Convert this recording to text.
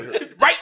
right